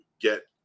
get